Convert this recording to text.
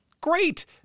Great